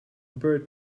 bird